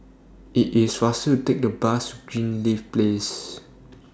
IS IT faster to Take The Bus to Greenleaf Place